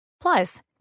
Plus